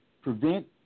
prevent